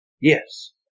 Yes